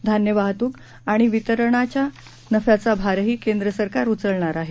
धान्य वाहतूक आणि वितरकांच्या नफ्याचा भारही केंद्रसरकार उचलणार आहे